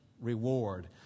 reward